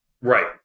right